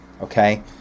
Okay